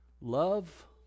Love